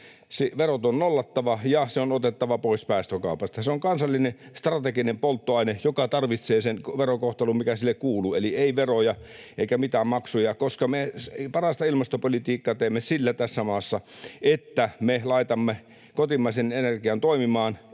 verot on nollattava, ja turve on otettava pois päästökaupasta. Se on kansallinen strateginen polttoaine, joka tarvitsee sen verokohtelun, mikä sille kuuluu, eli ei veroja eikä mitään maksuja, koska parasta ilmastopolitiikkaa teemme tässä maassa sillä, että me laitamme kotimaisen energian toimimaan